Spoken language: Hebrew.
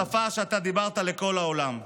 בשפה שאתה דיברת לכל העולם: